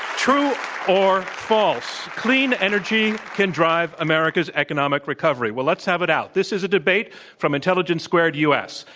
true or false clean energy can drive america's economic recovery. well, let's have it out. this is a debate from intelligence squared u. s.